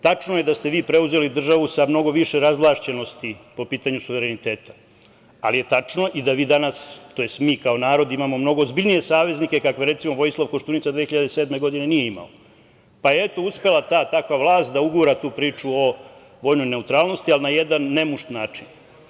Tačno je da ste vi preuzeli državu sa mnogo više razvlašćenosti po pitanju suvereniteta, ali je tačno i da vi danas, to jest mi kao narod, imamo mnogo ozbiljnije saveznike kakve, recimo, Vojislav Koštunica 2007. godine nije imao, pa je eto uspela ta takva vlast da ugura tu priču o vojnoj neutralnosti, ali na jedan nemušt način.